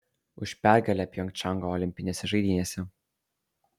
už pergalę pjongčango olimpinėse žaidynėse